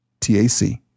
T-A-C